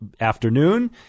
afternoon